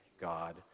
God